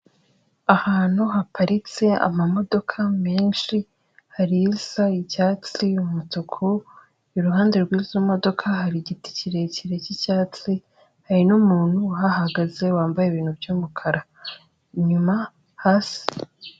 Ahantu haparitse amamodoka menshi hari isa icyatsi, umutuku iruhande rw'izo modoka hari igiti kirekire cy'icyatsi hari numuntu uhagaze wambaye ibintu byumukaranyu inyuma hasi.